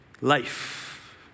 life